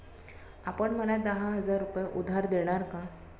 आपण मला दहा हजार रुपये उधार देणार का?